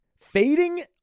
Fading